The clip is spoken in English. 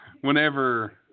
whenever